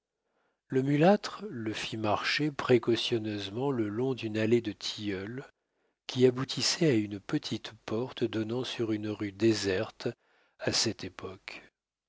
le mulâtre le fit marcher précautionneusement le long d'une allée de tilleuls qui aboutissait à une petite porte donnant sur une rue déserte à cette époque